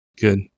Good